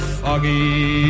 foggy